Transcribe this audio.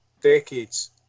decades